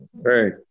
Right